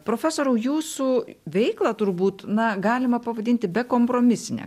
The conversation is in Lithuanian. profesoriau jūsų veiklą turbūt na galima pavadinti bekompromisine